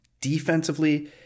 defensively